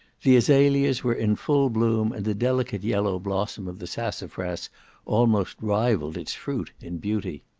the azalias were in full bloom, and the delicate yellow blossom of the sassafras almost rivalled its fruit in beauty.